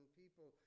people